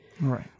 Right